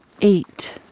Eight